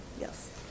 Yes